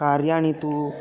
कार्याणि तु